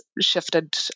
shifted